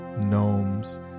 gnomes